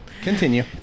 Continue